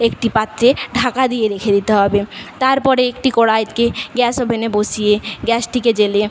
একটি পাত্রে ঢাকা দিয়ে রেখে দিতে হবে তারপরে একটি কড়াইকে গ্যাস ওভেনে বসিয়ে গ্যাসটিকে জ্বেলে